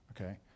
Okay